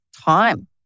time